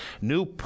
new